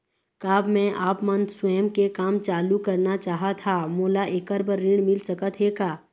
मैं आपमन स्वयं के काम चालू करना चाहत हाव, मोला ऐकर बर ऋण मिल सकत हे का?